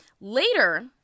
Later